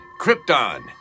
krypton